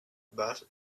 but